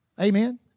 Amen